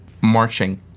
marching